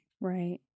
right